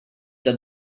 that